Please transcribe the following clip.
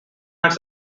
arts